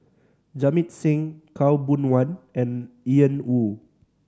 Jamit Singh Khaw Boon Wan and Ian Woo